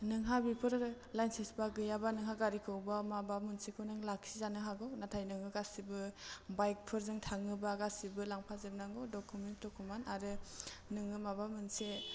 नोंहा बेफोर लाइसेन्स बा गैयाबा नोंहा गारिखौ बा माबा मोनसेखौ नों लाखि जानो हागौ नाथाय नोङो गासिबो बाइकफोरजों थाङोबा गासिबो लांफा जोबनांगौ दकमेन थकमेन आरो नोङो माबा मोनसे